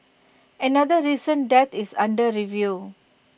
another recent death is under review